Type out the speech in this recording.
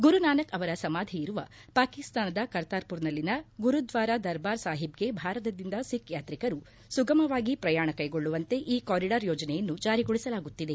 ಗುರುನಾಯಕ್ ಅವರ ಸಮಾಧಿ ಇರುವ ಪಾಕಿಸ್ತಾನದ ಕರ್ತಾರ್ಪುರ್ನಲ್ಲಿನ ಗುರುದ್ದಾರ ದರ್ಬಾರ್ ಸಾಹಿಬ್ಗೆ ಭಾರತದಿಂದ ಸಿಕ್ ಯಾತ್ರಿಕರು ಸುಗಮನವಾಗಿ ಪ್ರಯಾಣ ಕ್ಷೆಗೊಳ್ಳುವಂತೆ ಈ ಕಾರಿಡಾರ್ ಯೋಜನೆಯನ್ನು ಜಾರಿಗಳಿಸಲಾಗುತ್ತಿದೆ